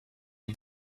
die